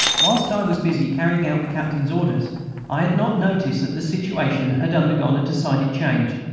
whilst i was busy carrying out the captain's orders i had not noticed that the situation had undergone a decided change,